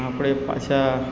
આપણે પાછા